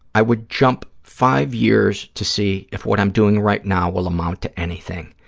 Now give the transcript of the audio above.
i would jump five years to see if what i'm doing right now will amount to anything.